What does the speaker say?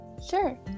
Sure